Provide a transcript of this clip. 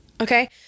Okay